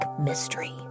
mystery